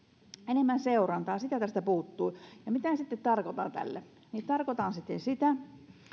enemmän seurantaa sitä tästä puuttuu mitä sitten tarkoitan tällä tarkoitan sitä